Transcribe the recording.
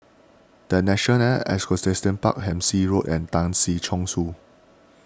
the National Equestrian Park Hampshire Road and Tan Si Chong Su